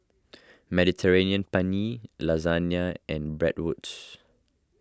Mediterranean Penne Lasagna and Bratwurst